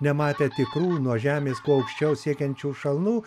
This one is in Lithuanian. nematę tikrų nuo žemės kuo aukščiau siekiančių šalnų